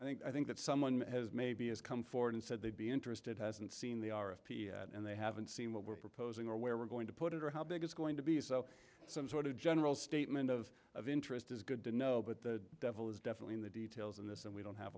i think i think that someone has maybe has come forward and said they'd be interested hasn't seen the hour of peace and they haven't seen what we're proposing or where we're going to put it or how big it's going to be so some sort of general statement of of interest is good to know but the devil is definitely in the details in this and we don't have